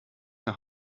nach